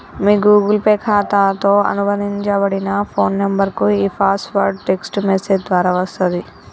మీ Google Pay ఖాతాతో అనుబంధించబడిన phone నంబర్కు ఈ పాస్వర్డ్ టెక్ట్స్ మెసేజ్ ద్వారా వస్తది